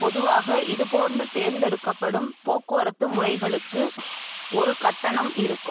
பொதுவாக இதுபோன்று தேர்ந்தெடுக்கப்படும் போக்குவரத்து முறைகளுக்கு ஒரு கட்டணம் இருக்கும்